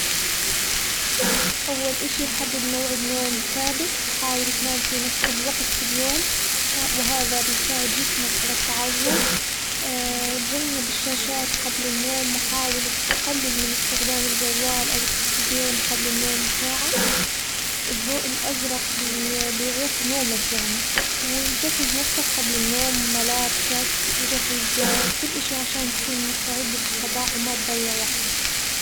أول إشي حدد موعد نوم ثابت وحاول اتنام في نفس الوقت كل يوم وهذا بيساعد جسمك على التعود، اتجنب الشاشات قبل النوم وحاول اتقلل من استخدام الجوال أو التلفزيون قبل النوم بساعة، الضوء الأزرق بيعيق نومك يعني، وجهز نفسك قبل النوم ملابسك وجهز كل إشي عشان تكون مستعد في الصباح وما تضيع وقت.